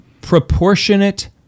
proportionate